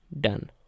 done